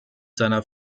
seiner